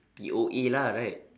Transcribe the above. P_O_A lah right